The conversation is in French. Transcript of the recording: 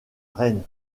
rennes